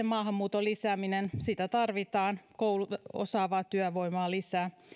työperäisen maahanmuuton lisääminen sitä tarvitaan osaavaa työvoimaa lisää